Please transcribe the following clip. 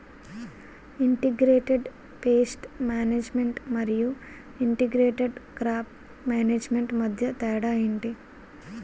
integrated pest management మరియు integrated crop management మధ్య తేడా ఏంటి